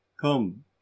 come